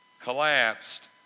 collapsed